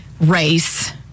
race